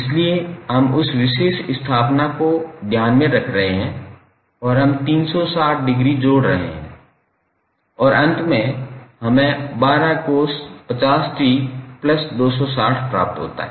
इसलिए हम उस विशेष स्थापना को ध्यान में रख रहे हैं और हम 360 डिग्री जोड़ रहे हैं और अंत में हमें 12cos50𝑡260 प्राप्त होता हैं